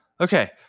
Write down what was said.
Okay